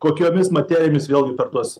kokiomis materijomis vėlgi per tuos